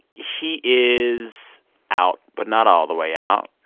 he is out but not all the way out.